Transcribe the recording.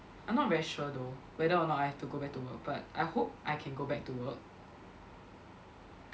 I'm not very sure though whether or not I have to go back to work but I hope I can go back to work